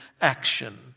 action